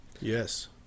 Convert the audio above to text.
Yes